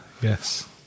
yes